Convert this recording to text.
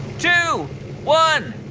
two, one.